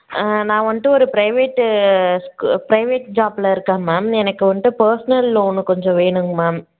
நான் வந்துட்டு ஒரு ப்ரைவேட்டு ப்ரைவேட் ஜாப்பில் இருக்கேன் மேம் எனக்கு வந்துட்டு பெர்சனல் லோன் கொஞ்சம் வேணுங்க மேம்